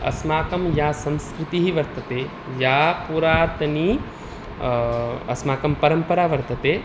अस्माकं या संस्कृतिः वर्तते या पुरातनी अस्माकं परम्परा वर्तते